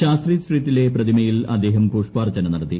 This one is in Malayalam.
ശാസ്ത്രി സ്ട്രീറ്റിലെ പ്രതിമയിൽ അദ്ദേഹം പുഷ്പാർച്ചന നടത്തി